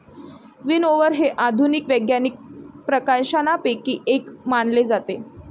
विनओवर हे आधुनिक वैज्ञानिक प्रकाशनांपैकी एक मानले जाते